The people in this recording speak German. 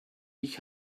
ich